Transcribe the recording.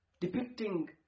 Depicting